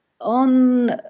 on